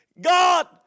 God